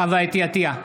חוה אתי עטייה,